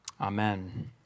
Amen